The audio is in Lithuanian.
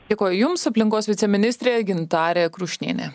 dėkoju jums aplinkos viceministrė gintarė krušnienė